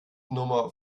nummer